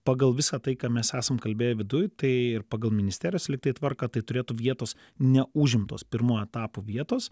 pagal visą tai ką mes esam kalbėję viduj tai ir pagal ministerijos lyg tai tvarką tai turėtų vietos neužimtos pirmo etapo vietos